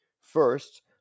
First